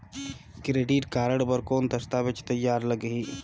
Credit card बर कौन दस्तावेज तैयार लगही?